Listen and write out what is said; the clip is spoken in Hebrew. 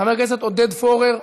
חבר הכנסת עודד פורר,